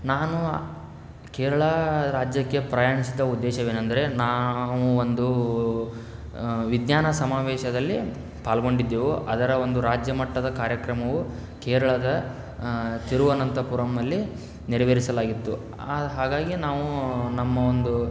ನಾನು ಕೇರಳ ರಾಜ್ಯಕ್ಕೆ ಪ್ರಯಾಣಿಸಿದ ಉದ್ದೇಶವೇನೆಂದರೆ ನಾವು ಒಂದು ವಿಜ್ಞಾನ ಸಮಾವೇಶದಲ್ಲಿ ಪಾಲ್ಗೊಂಡಿದ್ದೆವು ಅದರ ಒಂದು ರಾಜ್ಯಮಟ್ಟದ ಕಾರ್ಯಕ್ರಮವು ಕೇರಳದ ತಿರುವನಂತಪುರಮ್ಮಲ್ಲಿ ನೆರವೇರಿಸಲಾಗಿತ್ತು ಹಾಗಾಗಿ ನಾವು ನಮ್ಮ ಒಂದು